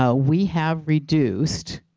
ah we have reduced